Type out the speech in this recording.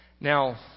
Now